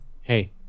Hey